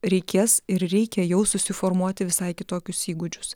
reikės ir reikia jau susiformuoti visai kitokius įgūdžius